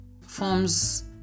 forms